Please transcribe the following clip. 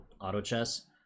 auto-chess